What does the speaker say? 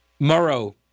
Murrow